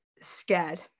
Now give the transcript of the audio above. scared